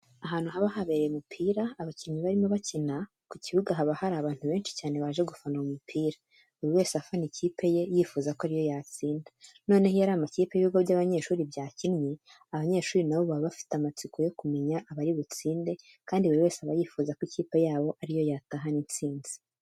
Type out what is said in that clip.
Ahantu haba habereye umupira abakinnyi barimo bakina, ku kibuga haba hari abantu benshi cyane baje gufana uwo mupira buri wese afana ikipe ye yifuza ko ari yo yatsinda. Noneho iyo ari amakipe y'ibigo by'abanyeshuri byakinnye abanyeshuri na bo baba bafite amatsiko yo kumenya abari butsinde kandi buri wese aba yifuza ko ikipe yabo ari yo yatahana intsinzi.